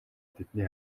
тэдний